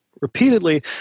repeatedly